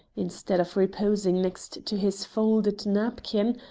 instead of reposing next to his folded napkin,